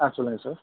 ஆ சொல்லுங்கள் சார்